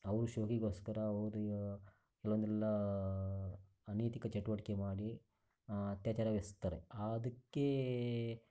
ಅವ್ರು ಶೋಕಿಗೋಸ್ಕರ ಅವರು ಕೆಲವೊಂದೆಲ್ಲ ಅನೈತಿಕ ಚಟುವಟಿಕೆ ಮಾಡಿ ಅತ್ಯಾಚಾರವೆಸಗ್ತಾರೆ ಆ ಅದಕ್ಕೆ